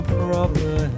problem